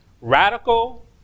radical